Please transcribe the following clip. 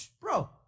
bro